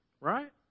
Right